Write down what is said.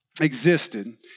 existed